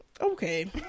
Okay